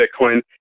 Bitcoin